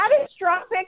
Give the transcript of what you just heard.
catastrophic